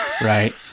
right